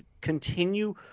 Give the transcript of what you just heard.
continue